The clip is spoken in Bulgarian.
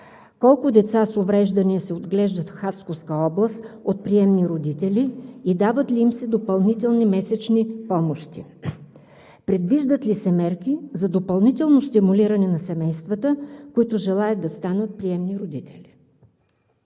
Колко деца с увреждания се отглеждат в Хасковска област от приемни родители и дават ли им се допълнителни месечни помощи? Предвиждат ли се мерки за допълнително стимулиране на семействата, които желаят да станат приемни родители?